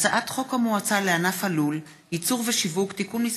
הצעת חוק המועצה לענף הלול (ייצור ושיווק) (תיקון מס'